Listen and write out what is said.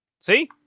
See